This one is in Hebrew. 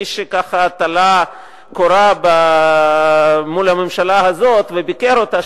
מי שככה תלה קורה מול הממשלה הזאת וביקר אותה,